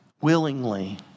willingly